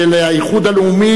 של האיחוד הלאומי,